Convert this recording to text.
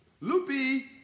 loopy